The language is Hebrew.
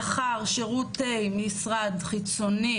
שכר שירותי משרד חיצוני,